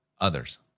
others